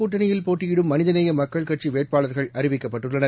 கூட்டணியில் போட்டியிடும் மனிதநேயமக்கள் கட்சிவேட்பாளர்கள் தி க மு அறிவிக்கப்பட்டுள்ளனர்